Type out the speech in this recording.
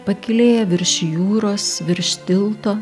pakylėja virš jūros virš tilto